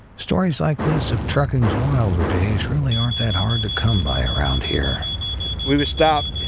stories like this of trucking's wilder days really aren't that hard to come by around here we would stop,